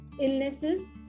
illnesses